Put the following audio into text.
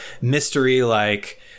mystery-like